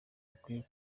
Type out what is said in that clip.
bukwiye